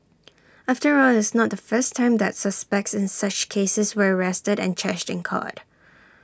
after all it's not the first time that suspects in such cases were arrested and charged in court